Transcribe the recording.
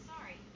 Sorry